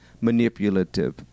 manipulative